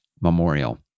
memorial